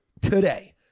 today